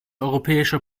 europäische